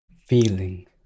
feeling